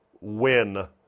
win